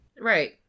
Right